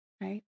right